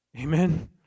Amen